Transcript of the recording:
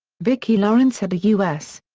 vicki lawrence had a u s.